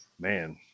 Man